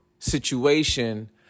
situation